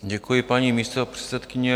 Děkuji, paní místopředsedkyně.